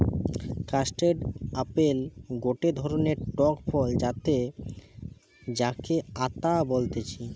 custard apple গটে ধরণের টক ফল যাতে যাকে আতা বলতিছে